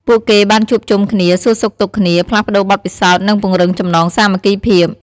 ពួកគេបានជួបជុំគ្នា សួរសុខទុក្ខគ្នា ផ្លាស់ប្តូរបទពិសោធន៍ និងពង្រឹងចំណងសាមគ្គីភាព។